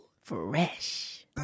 fresh